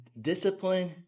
discipline